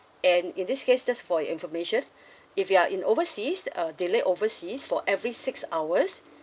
and in this case just for your information if you are in overseas uh delay overseas for every six hours